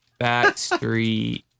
Backstreet